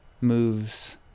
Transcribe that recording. moves